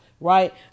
right